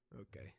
okay